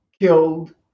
killed